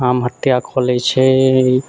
आत्म हत्या कऽ लैत छै